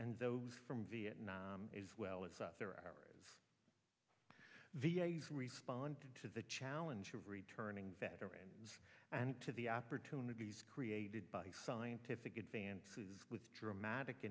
and those from vietnam as well as other v a s responded to the challenge of returning veterans and to the opportunities created by scientific advances with dramatic